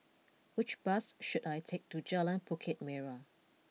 which bus should I take to Jalan Bukit Merah